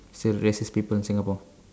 still racist people in Singapore